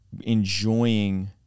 enjoying